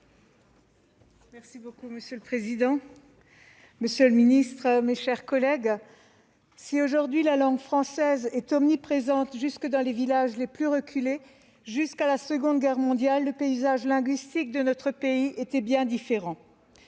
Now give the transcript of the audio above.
Drexler. Monsieur le président, monsieur le ministre, mes chers collègues, si, aujourd'hui, la langue française est omniprésente jusque dans les villages les plus reculés, jusqu'à la Seconde Guerre mondiale, le paysage linguistique de notre pays était bien différent